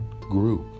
group